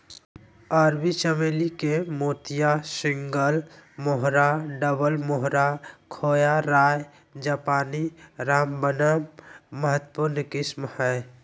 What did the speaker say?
अरबी चमेली के मोतिया, सिंगल मोहोरा, डबल मोहोरा, खोया, राय जापानी, रामबनम महत्वपूर्ण किस्म हइ